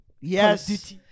yes